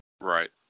Right